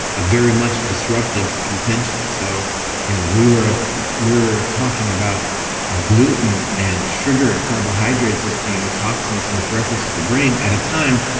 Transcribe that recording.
ah very much disruptive contention. so you know we were ah were talking about gluten and sugar and carbohydrates as being toxins with reference to the brain at a time,